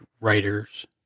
writers